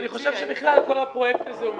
אני חושב שכל הפרויקט הזה מקסים.